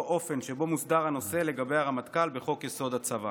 אופן שבו מוסדר הנושא לגבי הרמטכ"ל בחוק-יסוד: הצבא.